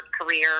career